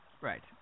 Right